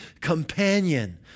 companion